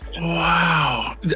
wow